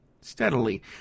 steadily